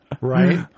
Right